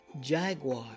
Jaguar